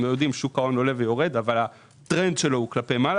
יודעים ששוק ההון עולה ויורד אבל הטרנד שלו הוא כלפי מעלה